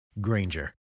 Granger